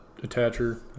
attacher